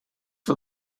for